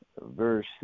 verse